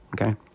Okay